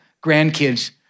grandkids